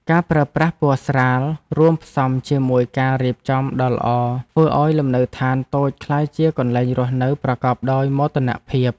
ការប្រើប្រាស់ពណ៌ស្រាលរួមផ្សំជាមួយការរៀបចំដ៏ល្អធ្វើឱ្យលំនៅឋានតូចក្លាយជាកន្លែងរស់នៅប្រកបដោយមោទនភាព។